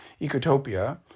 Ecotopia